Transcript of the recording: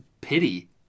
pity